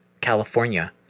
California